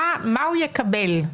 מה הוא יקבל?